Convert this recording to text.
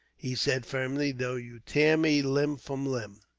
he said, firmly, though you tear me limb from limb.